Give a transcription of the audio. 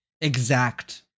exact